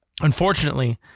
Unfortunately